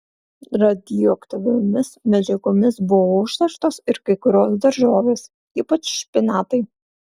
radioaktyviomis medžiagomis buvo užterštos ir kai kurios daržovės ypač špinatai